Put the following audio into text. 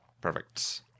Perfect